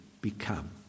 become